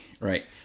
Right